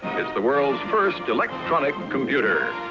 it's the world's first electronic computer.